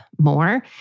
more